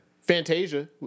Fantasia